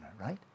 right